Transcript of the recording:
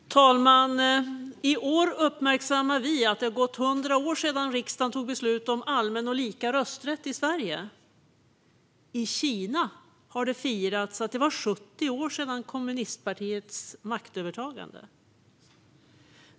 Fru talman! I år uppmärksammar vi att det har gått 100 år sedan riksdagen fattade beslut om allmän och lika rösträtt i Sverige. I Kina har det firats att det var 70 år sedan kommunistpartiets maktövertagande.